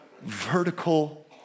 vertical